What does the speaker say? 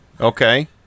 okay